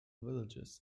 villages